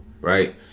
right